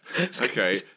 Okay